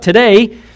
Today